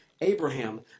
Abraham